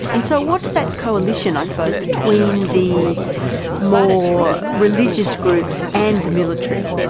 and so what's that coalition, i suppose, between the more religious groups and the military?